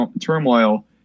turmoil